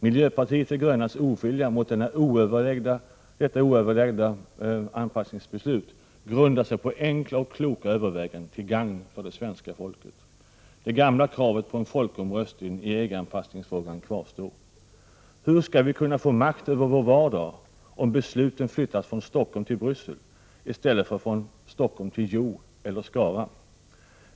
Miljöpartiet de grönas ovilja mot det oöverlagda anpassningsbeslutet grundar sig på enkla och kloka överväganden till gagn för det svenska folket. Det gamla kravet på en folkomröstning i EG-anpassningsfrågan kvarstår. Hur skall vi kunna få makt över vår vardag om besluten flyttas från Stockholm till Bryssel i stället för från Stockholm till Hjo eller Skara?